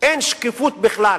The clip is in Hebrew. אין שקיפות בכלל.